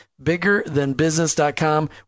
Biggerthanbusiness.com